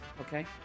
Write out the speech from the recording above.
okay